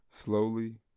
Slowly